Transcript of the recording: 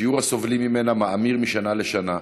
שיעור הסובלים ממנה מאמיר משנה לשנה,